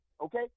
Okay